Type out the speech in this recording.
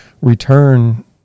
return